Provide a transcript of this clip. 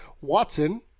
Watson